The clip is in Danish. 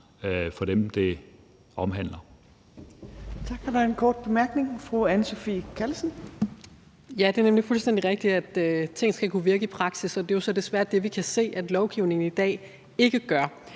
for dem, det omhandler.